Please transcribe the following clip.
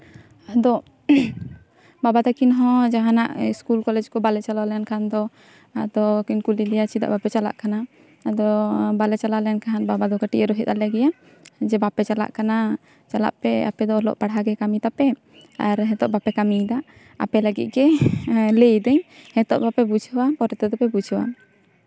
ᱟᱫᱚ ᱵᱟᱵᱟ ᱛᱟᱹᱠᱤᱱ ᱦᱚᱸ ᱡᱟᱦᱟᱱᱟᱜ ᱤᱥᱠᱩᱞ ᱠᱚᱞᱮᱡᱽ ᱠᱚ ᱵᱟᱞᱮ ᱪᱟᱞᱟᱣ ᱞᱮᱱᱠᱷᱟᱱ ᱫᱚ ᱟᱫᱚ ᱠᱤᱱ ᱠᱩᱞᱤ ᱞᱮᱭᱟ ᱪᱮᱫᱟᱜ ᱵᱟᱯᱮ ᱪᱟᱞᱟᱜ ᱠᱟᱱᱟ ᱟᱫᱚ ᱵᱟᱞᱮ ᱪᱟᱞᱟᱣ ᱞᱮᱱᱠᱷᱟᱱ ᱟᱫᱚ ᱠᱟᱹᱴᱤᱡ ᱮ ᱨᱳᱦᱮᱫ ᱟᱞᱮ ᱜᱮᱭᱟ ᱡᱮ ᱵᱟᱯᱮ ᱪᱟᱠᱟᱜ ᱠᱟᱱᱟ ᱪᱟᱞᱟᱜ ᱯᱮ ᱟᱯᱮ ᱫᱚ ᱚᱞᱚᱜ ᱯᱟᱲᱦᱟᱣ ᱜᱮ ᱠᱟᱹᱢᱤ ᱛᱟᱯᱮ ᱟᱨ ᱱᱤᱛᱚᱜ ᱵᱟᱯᱮ ᱠᱟᱹᱢᱤᱭᱫᱟ ᱟᱯᱮ ᱞᱟᱹᱜᱤᱫ ᱜᱮ ᱞᱟᱹᱭᱫᱟᱹᱧ ᱱᱤᱛᱚᱜ ᱵᱟᱯᱮ ᱵᱩᱡᱷᱟᱹᱣᱟ ᱯᱚᱨᱮ ᱛᱮᱫᱚ ᱯᱮ ᱵᱩᱡᱷᱟᱹᱣᱟ